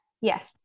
Yes